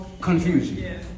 confusion